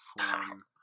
form